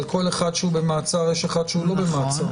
על כל אחד שבמעצר יש אחד שלא במעצר.